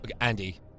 Andy